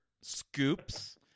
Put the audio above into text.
scoops